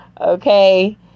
Okay